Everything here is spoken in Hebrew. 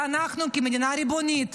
ואנחנו כמדינה ריבונית